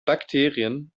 bakterien